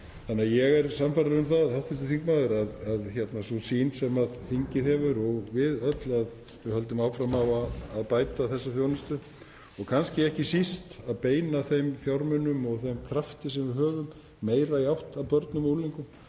Þannig að ég er sannfærður um, hv. þingmaður, þá sýn sem þingið hefur og við öll, að við höldum áfram að bæta þessa þjónustu og kannski ekki síst að beina þeim fjármunum og þeim krafti sem við höfum meira í átt að börnum og unglingum.